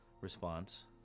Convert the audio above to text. response